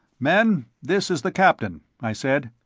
men, this is the captain, i said.